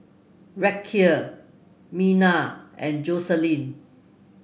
Racquel Miner and Joselyn